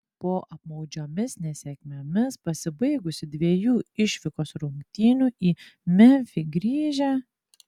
po apmaudžiomis nesėkmėmis pasibaigusių dviejų išvykos rungtynių į memfį grįžę